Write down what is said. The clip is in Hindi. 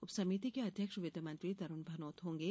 उप समिति के अध्यक्ष वित्त मंत्री तरुण भनोत होंगे